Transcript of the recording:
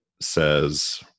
says